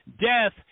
death